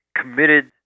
committed